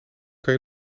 kan